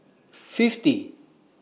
fiftieth